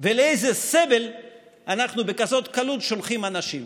ולאיזה סבל אנחנו בכזאת קלות שולחים אנשים.